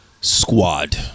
Squad